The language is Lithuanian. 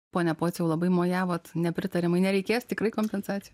pone pociau labai mojavot nepritariamai nereikės tikrai kompensacijų